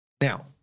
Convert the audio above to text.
Now